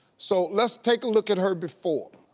so let's take a look at her before.